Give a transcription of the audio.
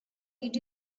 did